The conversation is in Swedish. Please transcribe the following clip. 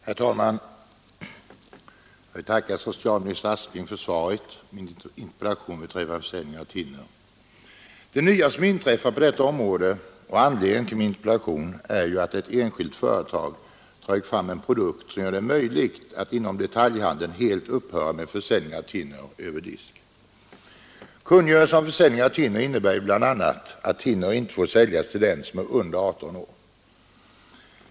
Herr talman! Jag vill tacka socialminister Aspling för svaret på min interpellation beträffande försäljning av thinner. Det nya som inträffat på detta område och som föranlett min interpellation är ju att ett enskilt företag fått fram en produkt som gör det möjligt att inom detaljhandeln helt upphöra med försäljningen av thinner över disk. Kungörelsen om försäljning av thinner innebär bl.a. att thinner inte får säljas till dem som är under 18 år.